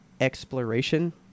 exploration